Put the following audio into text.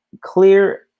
clear